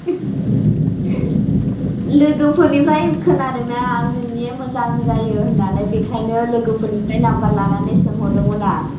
लोगोफोरनिफ्राय खोनादों आं नोंनिया मोजां जायो होननानै बेखायनो लोगोफोरनिफ्राय नाम्बार लानानै सोंहरदोंमोन आं